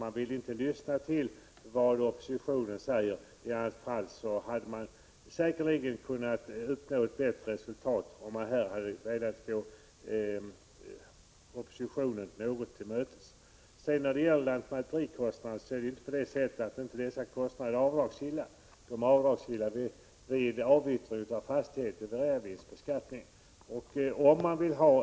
Man vill inte lyssna till vad oppositionen säger — i annat fall hade man säkerligen kunnat uppnå ett bättre resultat, om man här gått oppositionen något till mötes. Det är inte på det sättet att lantmäterikostnader inte är avdragsgilla; de är avdragsgilla vid reavinstbeskattning vid avyttring av fastighet.